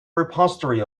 repository